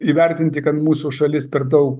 įvertinti kad mūsų šalis per daug